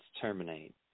Terminate